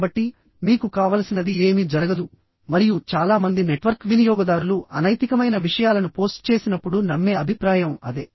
కాబట్టి మీకు కావలసినది ఏమీ జరగదు మరియు చాలా మంది నెట్వర్క్ వినియోగదారులు అనైతికమైన విషయాలను పోస్ట్ చేసినప్పుడు నమ్మే అభిప్రాయం అదే